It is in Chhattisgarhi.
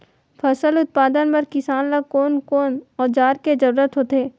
फसल उत्पादन बर किसान ला कोन कोन औजार के जरूरत होथे?